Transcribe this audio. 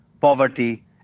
poverty